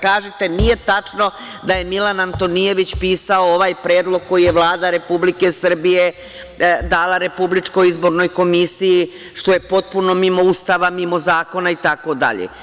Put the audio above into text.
Kažite da nije tačno da je Milan Antonijević pisao ovaj predlog koji je Vlada Republike Srbije dala Republičkoj izbornoj komisiji, što je potpuno mimo Ustava, mimo zakona, itd.